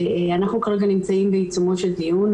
אנחנו כרגע נמצאים בעיצומו של דיון.